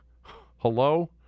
Hello